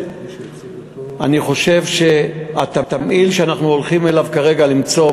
אני חושב שהתמהיל שאנחנו הולכים כרגע למצוא,